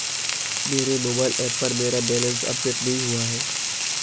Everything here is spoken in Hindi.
मेरे मोबाइल ऐप पर मेरा बैलेंस अपडेट नहीं हुआ है